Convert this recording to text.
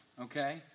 okay